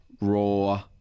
raw